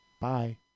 Bye